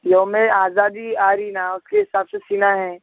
یوم آزادی آ رہی نہ اس کے حساب سے سینا ہے